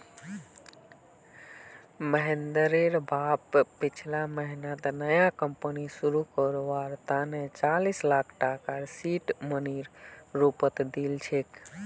महेंद्रेर बाप पिछले महीना नया कंपनी शुरू करवार तने चालीस लाख टकार सीड मनीर रूपत दिल छेक